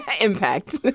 impact